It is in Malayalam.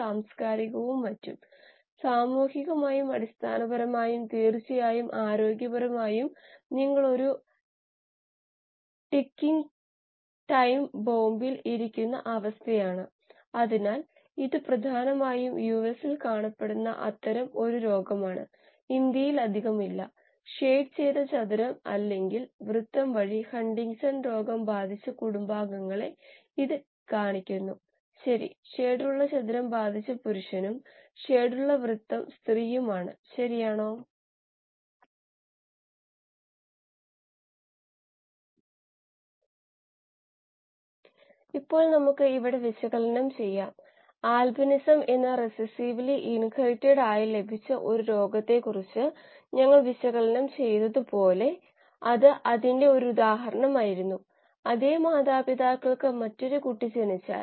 ഉദാഹരണത്തിന് ഒരു സബ്സ്ട്രേട് പോലുള്ള സങ്കീർണ്ണമായ തന്മാത്ര നമ്മൾ നേരത്തെ O2 H2O CO2 നോക്കിയതു പോലെ ഇവിടെ ഒരു കാർബോഹൈഡ്രേറ്റ് പോലെയുള്ള എന്തെങ്കിലും ഉണ്ടെങ്കിൽ പോലും അതായത് സബ്സ്ട്രെടിന്റെ ഡിഗ്രീ ഓഫ് റെഡക്റ്റൻസ് എന്നത് എല്ലാ മൂലകങ്ങളുടെ ഘടകങ്ങളും ഒന്നിച്ചു കൂട്ടിയതാണ്